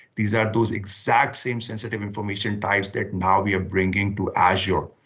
these are those exact same sensitive information types that now we are bringing to azure.